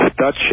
Dutch